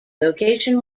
location